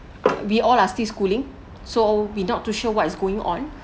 we all are still schooling so we not too sure what is going on